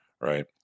right